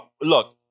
look